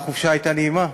החופשה הייתה נעימה?